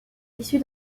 issu